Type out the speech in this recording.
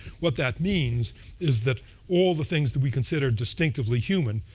what that means is that all the things that we consider distinctively human,